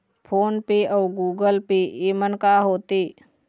Phone पे अउ Google Pay येमन का होते?